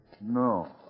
No